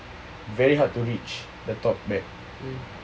very hard to reach the top back